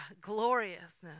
gloriousness